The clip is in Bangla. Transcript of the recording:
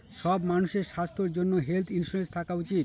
সব মানুষের স্বাস্থ্যর জন্য হেলথ ইন্সুরেন্স থাকা উচিত